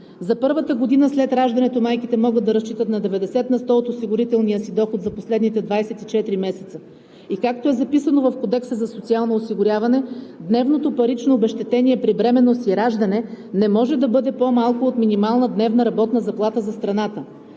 За първата година след раждането майките могат да разчитат на 90% от осигурителния си доход за последните 24 месеца, и както е записано в Кодекса за социално осигуряване, дневното парично обезщетение при бременност и раждане не може да бъде по-малко от минимална дневна работна заплата за страната.